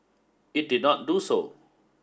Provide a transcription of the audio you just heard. it did not do so